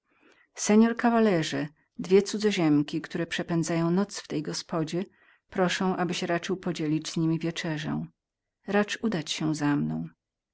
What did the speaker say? kawalerze dwie cudzoziemki które przepędzają noc w tej gospodzie proszą abyś raczył podzielić z niemi wieczerzę racz udać się za mną